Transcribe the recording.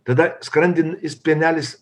tada skrandin jis penelis